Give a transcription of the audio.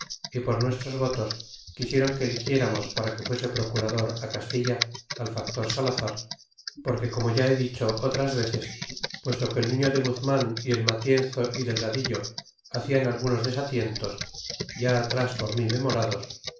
y por nuestros votos quisieron que eligieramos para que fuese procurador á castilla al factor salazar porque como ya he dicho otras veces puesto que el nuflo de guzman y el matienzo y delgadillo hacian algunos desalientos ya atras por mi memorados